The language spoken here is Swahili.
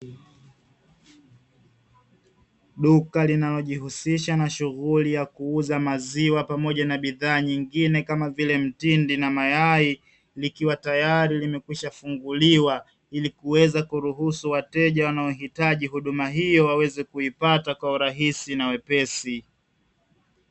Duka linalo jihusisha na shughuli ya kuuza maziwa pamoja na bidhaa nyingine kama vile mtindi na mayai, likiwa tayari limekwisha funguliwa; ili kuweza kuruhusu wateja wanao hitaji huduma hiyo waweze kuipata kwa urahisi na wepesi.